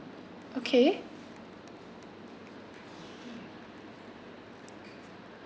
okay